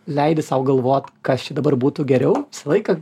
leidi sau galvot kas čia dabar būtų geriau visą laiką